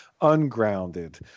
ungrounded